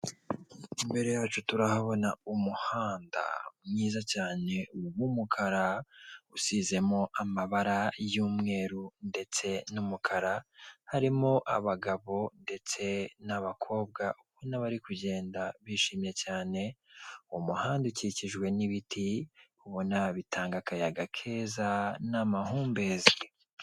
Imbere yacu turahabona umuhanda mwiza cyane w'umukara, usizemo amabara y'umweru, ndetse n'umukara, harimo abagabo ndetse n'abakobwa ubona bari kugenda bishimye cyane, umuhanda ukikijwe n'ibiti ubona bitanga akayaga keza n'amahumbezi.